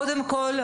קודם כל,